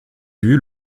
vue